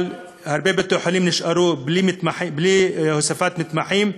אבל הרבה בתי-חולים נשארו בלי הוספת מתמחים,